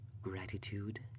Gratitude